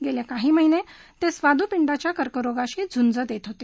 गेले काही महिने ते स्वादुपिंडाच्या कर्करोगाशी झुंज देत होते